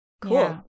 cool